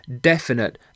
definite